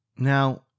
Now